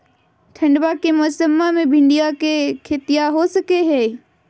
ठंडबा के मौसमा मे भिंडया के खेतीया हो सकये है?